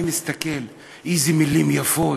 אני מסתכל: איזה מילים יפות,